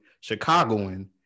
Chicagoan